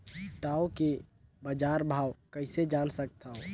टाऊ के बजार भाव कइसे जान सकथव?